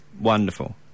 Wonderful